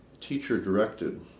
teacher-directed